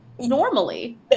normally